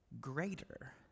greater